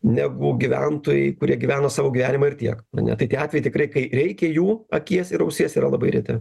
negu gyventojai kurie gyvena savo gyvenimą ir tiek ane tai tie atvejai tikrai kai reikia jų akies ir ausies yra labai reti